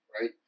right